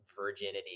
virginity